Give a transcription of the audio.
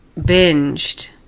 binged